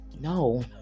no